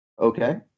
Okay